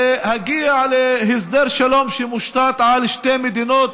להגיע להסדר שלום שמושתת על שתי מדינות